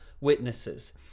witnesses